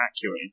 accurate